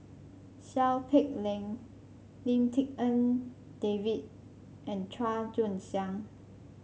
Seow Peck Leng Lim Tik En David and Chua Joon Siang